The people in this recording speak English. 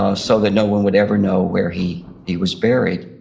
ah so that no one would ever know where he he was buried.